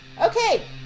Okay